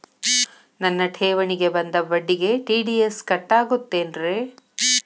ನನ್ನ ಠೇವಣಿಗೆ ಬಂದ ಬಡ್ಡಿಗೆ ಟಿ.ಡಿ.ಎಸ್ ಕಟ್ಟಾಗುತ್ತೇನ್ರೇ?